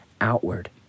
outward